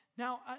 Now